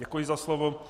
Děkuji za slovo.